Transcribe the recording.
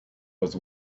was